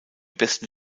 besten